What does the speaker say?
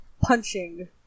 punching